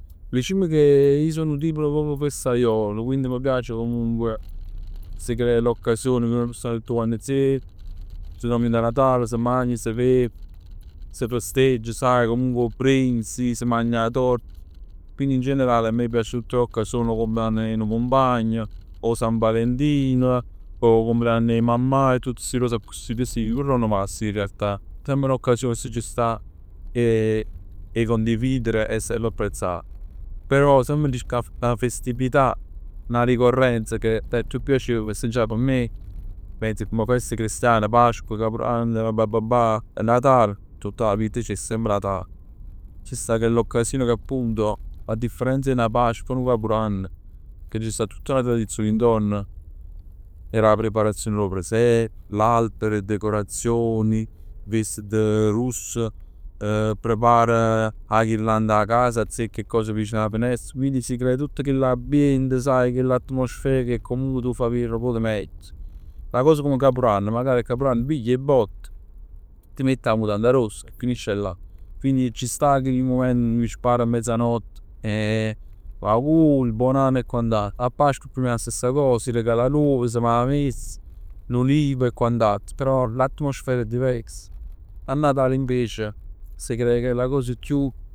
Dicimm che ij so nu tip nu poc festaiolo, quindi mi piace comunque che s' crea l'occasione e 'amma sta tutt quant insiem, si nomina Natal, s' magna, s' bev. S' festeggia, sai comunque 'o brindisi, s' magna 'a torta. Quindi in generale a me m' piace tutt l'occasion. 'O compleann 'e nu cumpagn, 'o San Valentino, 'o cumpleann 'e mammà e tutt sti cose accussì. S' festegg pur l'onomastico in realtà. È semp n'occasione in realtà. Ci sta 'e condividere, è semp apprezzat. Però se mi riesc a fa 'na festività, 'na ricorrenza che è più piacevole 'a festeggià, p' me, penso come festa cristiana Pasqua, Capodann, Natal, ij t' dicess semp Natal. Ci sta chell'occasione che appunto a differenza 'e 'na Pasqua o nu Capodann che sta tutt 'na tradizione intorno. Da 'a preparazione d' 'o presepe, l'albero, 'e decorazioni. Viestet russ, prepar 'a ghirlanda 'a cas, azzecc 'e cos vicin 'a fenest. Quindi si crea tutt chell ambient saje, chell'atmosfera che comunque t' fa vivere nu poc meglio. 'Na cosa come Capodanno, magari a Capodanno pigl 'e bott, t' miett 'a mutanda ross e finisce là. Quindi ci sta chelli mument addò spar a mezzanott e auguri, buon anno e quant'altro. A Pasqua chiù 'o meno è 'a stessa cosa, 'a regalà l'uovo, s' va 'a messa. L'olive e quant'altro. Però l'atmosfera è divers. A Natale invece s' crea chella cosa chiù